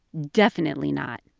definitely not.